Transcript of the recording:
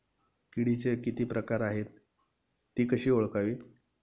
किडीचे किती प्रकार आहेत? ति कशी ओळखावी?